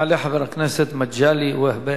יעלה חבר הכנסת מגלי והבה,